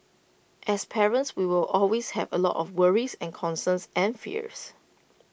as parents we will always have A lot of worries and concerns and fears